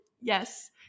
Yes